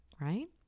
right